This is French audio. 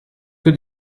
que